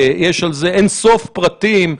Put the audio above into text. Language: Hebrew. יש על זה אין-סוף פרטים,